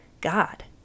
God